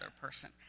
person